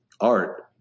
art